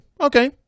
okay